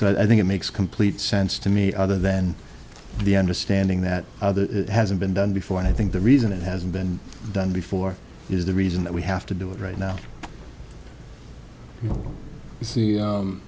so i think it makes complete sense to me other than the understanding that it hasn't been done before and i think the reason it hasn't been done before is the reason that we have to do it right now